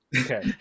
Okay